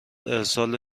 ارسال